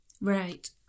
Right